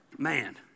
Man